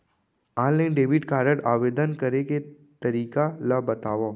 Online debit card आवेदन करे के तरीका ल बतावव?